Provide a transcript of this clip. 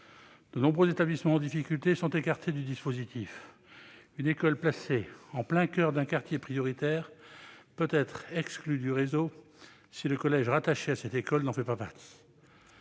de nombreux établissements en difficulté sont écartés du dispositif ; une école placée en plein coeur d'un quartier prioritaire peut ainsi être exclue du réseau si son collège de rattachement n'en fait pas partie.